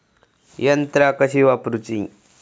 यंत्रा कशी वापरूची?